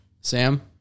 Sam